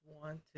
wanted